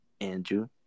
Andrew